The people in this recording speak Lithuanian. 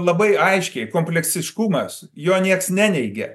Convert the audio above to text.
labai aiškiai kompleksiškumas jo nieks neneigė